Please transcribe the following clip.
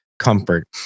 comfort